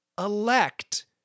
elect